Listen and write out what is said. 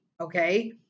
Okay